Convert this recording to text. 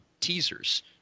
teasers